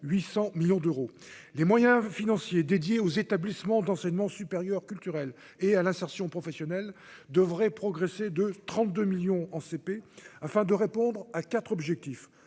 800 millions d'euros, les moyens financiers dédiés aux établissements d'enseignement supérieur culturel et à l'insertion professionnelle devrait progresser de 32 millions en CP afin de répondre à 4 objectifs